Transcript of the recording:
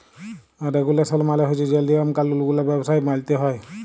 রেগুলেসল মালে হছে যে লিয়ম কালুল গুলা ব্যবসায় মালতে হ্যয়